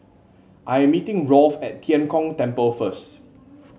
I am meeting Rolf at Tian Kong Temple first